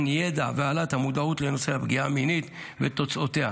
ידע והעלאת המודעות לנושא הפגיעה המינית ותוצאותיה